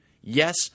Yes